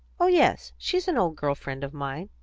oh yes she's an old girl-friend of mine.